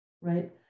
right